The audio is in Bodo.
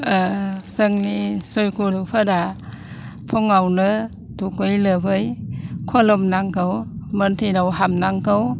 जोंनि जय गुरुफोरा फुङावनो दुगै लोबै खुलुम नांगौ मन्दिराव हाबनांगौ